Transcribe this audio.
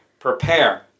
prepare